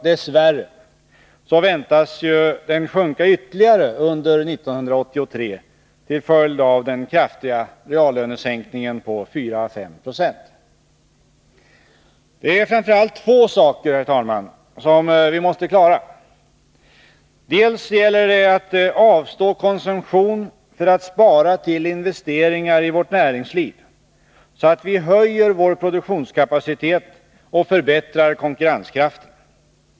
Dess värre väntas den sjunka ytterligare under 1983 till följd av den kraftiga reallönesänkningen på 459. Det är framför allt två saker, herr talman, som vi måste klara. Dels gäller det att avstå konsumtion för att spara till investeringar i vårt näringsliv, så att vi höjer vår produktionskapacitet och förbättrar konkurrenskraften.